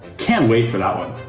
can't wait for that one.